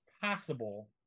possible